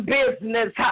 business